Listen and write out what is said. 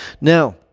Now